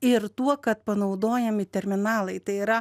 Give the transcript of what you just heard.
ir tuo kad panaudojami terminalai tai yra